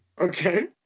Okay